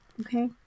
Okay